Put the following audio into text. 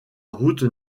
route